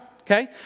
Okay